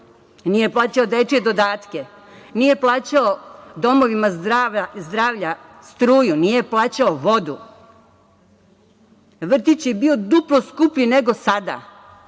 nije plaćao dečije dodatke, nije plaćao domovima zdravlja struju, nije plaćao vodu, vrtić je bio duplo skuplji nego sada,